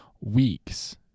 weeks